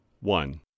one